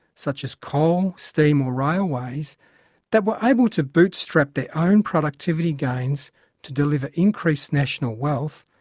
such as coal, steam or railways that were able to bootstrap their ah own productivity gains to deliver increased national wealth,